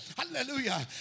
Hallelujah